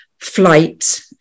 flight